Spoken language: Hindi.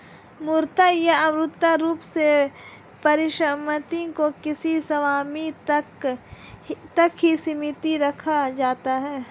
मूर्त या अमूर्त रूप से परिसम्पत्ति को किसी स्वामी तक ही सीमित रखा जाता है